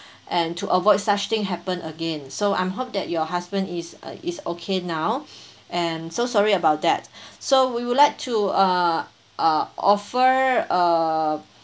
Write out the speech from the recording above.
and to avoid such thing happen again so I'm hope that your husband is uh is okay now and so sorry about that so we would like to uh uh offer uh